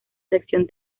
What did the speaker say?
sección